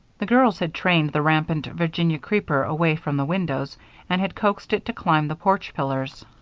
the girls had trained the rampant virginia creeper away from the windows and had coaxed it to climb the porch pillars.